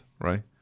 right